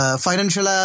financial